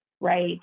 right